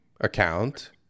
account